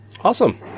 Awesome